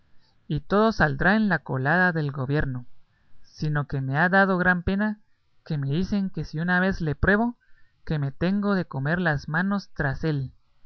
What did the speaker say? y todo saldrá en la colada del gobierno sino que me ha dado gran pena que me dicen que si una vez le pruebo que me tengo de comer las manos tras él